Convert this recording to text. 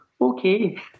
okay